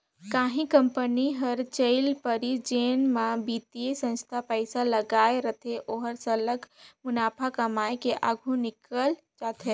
कहीं कंपनी हर चइल परिस जेन म बित्तीय संस्था पइसा लगाए रहथे ओहर सरलग मुनाफा कमाए के आघु निकेल जाथे